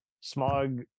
smog